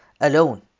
alone